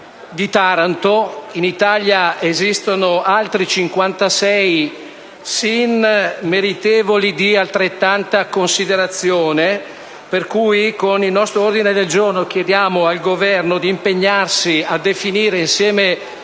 in Italia esistono altri 56 SIN meritevoli di altrettanta considerazione. Con il nostro ordine del giorno G100 chiediamo al Governo di impegnarsi a definire, assieme